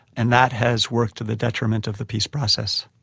and that has worked to the detriment of the peace process.